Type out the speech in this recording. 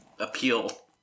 appeal